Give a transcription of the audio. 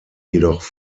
jedoch